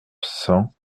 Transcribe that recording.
cent